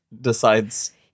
decides